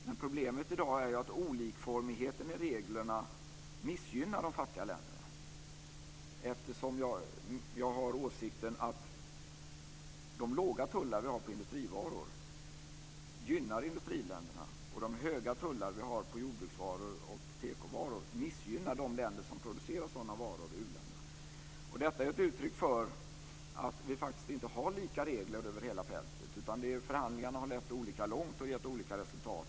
Men problemet i dag är ju att olikformigheten i reglerna missgynnar de fattiga länderna, eftersom jag har åsikten att de låga tullar vi har på industrivaror gynnar industriländerna och de höga tullar vi har på jordbruksvaror och tekovaror missgynnar de länder som producerar sådana varor i u-länderna. Detta är ett uttryck för att vi faktiskt inte har lika regler över hela fältet. Förhandlingarna har lett olika långt och gett olika resultat.